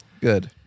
Good